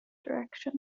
direction